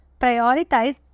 prioritize